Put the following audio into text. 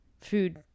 food